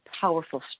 powerful